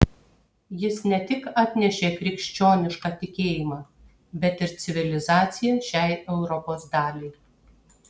jis ne tik atnešė krikščionišką tikėjimą bet ir civilizaciją šiai europos daliai